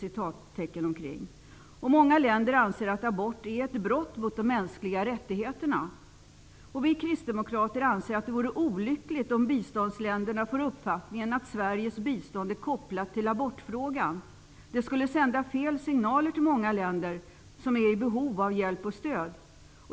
Många länder anser att abort är ett brott mot de mänskliga rättigheterna. Vi kristdemokrater anser att de vore olyckligt om biståndsländerna får uppfattningen att Sveriges bistånd är kopplat till abortfrågan. Det skulle sända fel signaler till många länder som är i behov av hjälp och stöd.